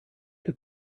have